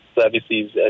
services